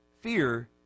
Fear